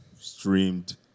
streamed